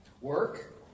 Work